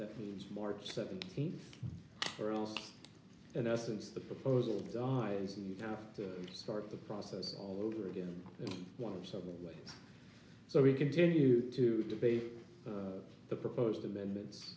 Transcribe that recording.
that means march seventeenth or else in essence the proposal dies and you have to start the process all over again in one of several ways so we continue to debate the proposed amendments